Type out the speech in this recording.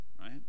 right